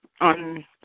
on